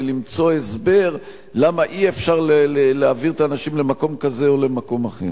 למצוא הסבר למה אי-אפשר להביא את האנשים למקום כזה או למקום אחר.